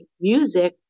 music